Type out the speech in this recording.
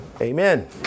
Amen